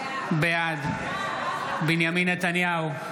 בעד בנימין נתניהו,